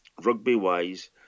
rugby-wise